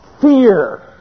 fear